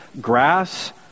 Grass